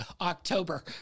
October